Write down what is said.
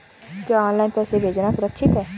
क्या ऑनलाइन पैसे भेजना सुरक्षित है?